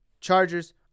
Chargers